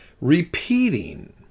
repeating